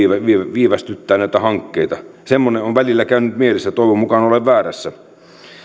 viivästyttää näitä hankkeita semmoinen on välillä käynyt mielessä toivon mukaan olen väärässä